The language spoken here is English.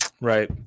right